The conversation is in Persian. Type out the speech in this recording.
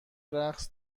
رقص